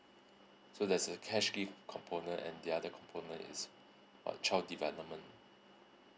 so there's a cash gift component and the other component is what child development